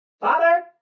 Father